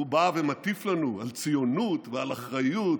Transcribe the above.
והוא בא ומטיף לנו על ציונות ועל אחריות.